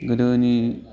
गोदोनि